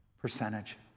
Percentage